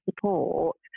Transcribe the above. support